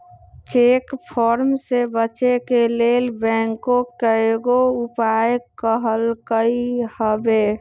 cheque fraud से बचे के लेल बैंकों कयगो उपाय कलकइ हबे